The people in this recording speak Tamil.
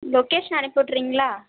லொகேஷன் அனுப்பிவிட்டுறீங்களா